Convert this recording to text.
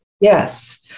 Yes